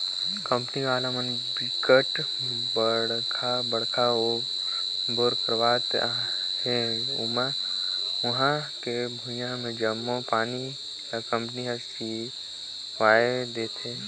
company वाला म बिकट बड़का बड़का बोर करवावत हे उहां के भुइयां के जम्मो पानी ल कंपनी हर सिरवाए देहथे